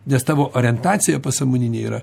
nes tavo orientacija pasąmoninė yra